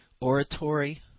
oratory